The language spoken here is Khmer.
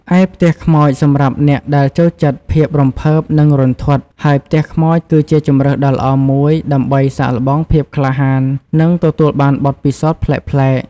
ឯ ផ្ទះខ្មោច សម្រាប់អ្នកដែលចូលចិត្តភាពរំភើប និងរន្ធត់ ហើយផ្ទះខ្មោចគឺជាជម្រើសដ៏ល្អមួយដើម្បីសាកល្បងភាពក្លាហាន និងទទួលបានបទពិសោធន៍ប្លែកៗ។